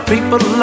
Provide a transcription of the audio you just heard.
People